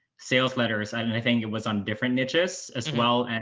sales letters. i mean i think it was on different niches as well. and